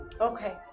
Okay